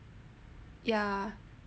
ya